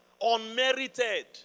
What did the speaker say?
Unmerited